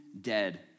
dead